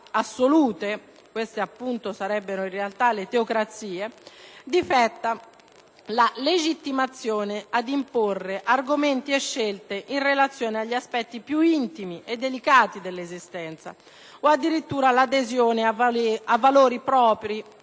assolute (queste in realtà sarebbero le teocrazie) - difetta la legittimazione ad imporre argomenti e scelte in relazione agli aspetti più intimi e delicati dell'esistenza, o addirittura l'adesione a valori propri